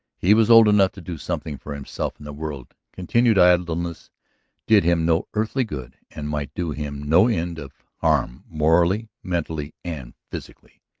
he was old enough to do something for himself in the world, continued idleness did him no earthly good and might do him no end of harm morally, mentally, and physically.